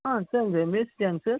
ஆ sir இது மேஸ்திரியாங்க sir